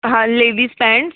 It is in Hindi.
हाँ लेविस पैंट्स